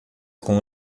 com